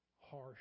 harsh